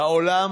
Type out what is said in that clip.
"העולם